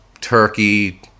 turkey